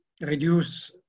reduce